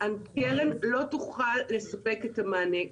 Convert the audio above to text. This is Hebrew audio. הקרן לא תוכל לספק את המענה.